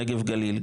נגב גליל,